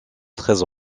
treize